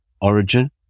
origin